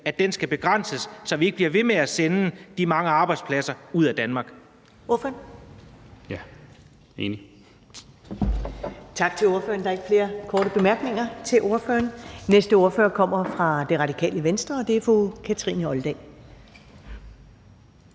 landeveje skal begrænses, så vi ikke bliver ved med at sende de mange arbejdspladser ud af Danmark.